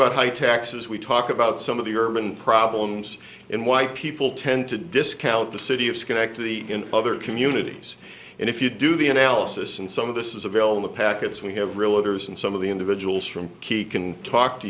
about high taxes we talk about some of the urban problems in why people tend to discount the city of schenectady in other communities and if you do the analysis and some of this is avail in the packets we have real others and some of the individuals from key can talk to